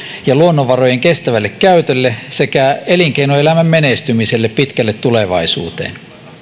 ja luonnonvarojen kestävälle käytölle sekä elinkeinoelämän menestymiselle pitkälle tulevaisuuteen